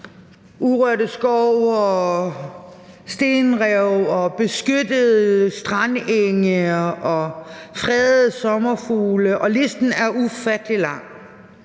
urørt skov og stenrev og beskyttede strandenge og fredede sommerfugle, og listen er ufattelig lang.